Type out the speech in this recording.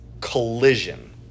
collision